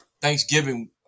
Thanksgiving